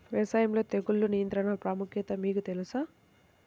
వ్యవసాయంలో తెగుళ్ల నియంత్రణ ప్రాముఖ్యత మీకు తెలుసా?